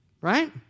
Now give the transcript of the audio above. Right